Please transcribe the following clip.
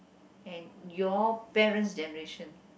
and your parents' generation